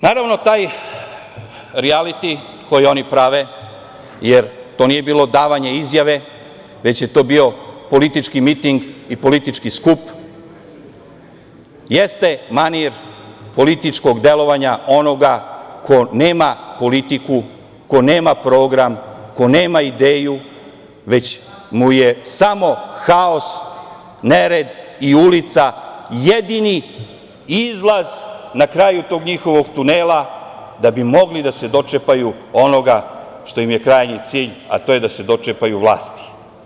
Naravno, taj rijaliti koji oni prave, jer to nije bilo davanje izjave, već je to bio politički miting i politički skup, jeste manir političkog delovanja onoga ko nema politiku, ko nema program, ko nema ideju, već mu je samo haos, nered i ulica jedini izlaz na kraju njihovog tunela, da bi mogli da se dočepaju onoga što im je krajnji cilj, a to je da se dočepaju vlasti.